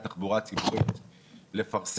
בהתחלה משרד התחבורה אמר לנו